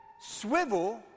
swivel